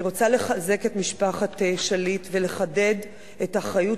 אני רוצה לחזק את משפחת שליט ולחדד את האחריות